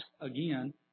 again